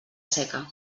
seca